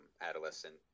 adolescent